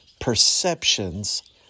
perceptions